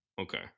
Okay